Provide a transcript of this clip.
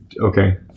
Okay